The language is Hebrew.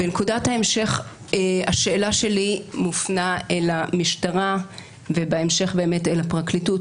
בנקודת ההמשך השאלה שלי מופנית למשטרה ובהמשך באמת לפרקליטות.